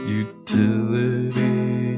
utility